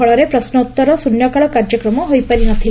ଫଳରେ ପ୍ରଶ୍ନ ଉତ୍ତର ଶୂନ୍ୟ କାଳ କାର୍ଯ୍ୟକ୍ରମ ହୋଇପାରି ନଥିଲା